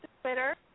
Twitter